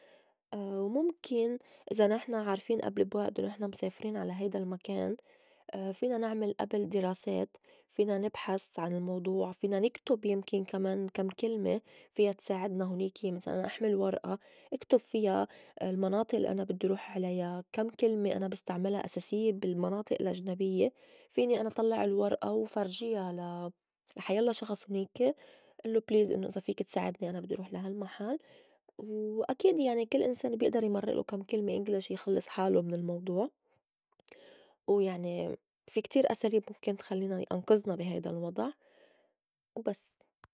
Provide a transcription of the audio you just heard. ومُمكن إذا نحن عارفين أبل بوئت إنّو نحن مسافرين على هيدا المكان فينا نعمل أبل دراسات فينا نبحس عن الموضوع، فينا نكتُب يمكن كمان كم كلمة فيا تسعدنا هونيك مسلاً أنا إحمل ورئة أكتُب فيا المناطئ الّي أنا بدّي روح عليا كم كلمة أنا بستعملا أساسيّة بالمناطئ الأجنبيّة فيني أنا طلّع الورئة وفرجيا لا- لا حيلّا شخص هونيكة ئلّو please إنّو إذا فيكي تساعدني أنا بدّي روح لا هالمحل و أكيدة يعني كل إنسان بيئدر يمرُئلو كم كلمة english يخلّص حالو من الموضوع ويعني في كتير أساليب مُمكن تخلّينا انقذنا بي هيدا الوضع وبس.